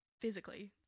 physically